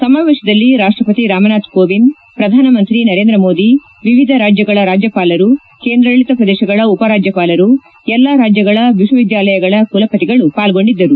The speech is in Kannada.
ಸಮಾವೇಶದಲ್ಲಿ ರಾಷ್ಷಪತಿ ರಾಮನಾಥ ಕೋವಿಂದ್ ಪ್ರಧಾನಮಂತ್ರಿ ನರೇಂದ್ರ ಮೋದಿ ವಿವಿಧ ರಾಜ್ಯಗಳ ರಾಜ್ಯಪಾಲರು ಕೇಂದ್ರಾಡಳಿತ ಪ್ರದೇಶಗಳ ಉಪರಾಜ್ಯಪಾಲರು ಎಲ್ಲಾ ರಾಜ್ಯಗಳ ವಿಶ್ವವಿದ್ಯಾಲಯಗಳ ಕುಲಪತಿಗಳು ಪಾಲ್ಲೊಂಡಿದ್ದರು